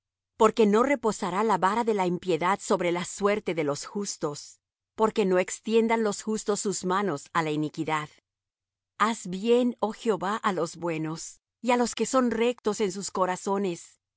porque no reposará la vara de la impiedad sobre la suerte de los justos porque no extiendan los justos sus manos á la iniquidad haz bien oh jehová á los buenos y á los que son rectos en sus corazones